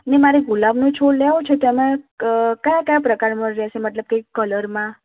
અને મારે ગુલાબનો છોડ લેવો છે તો એમાં કયા કયા પ્રકારમાં રહેશે મતલબ કે કલરમાં